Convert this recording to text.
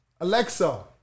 Alexa